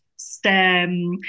stem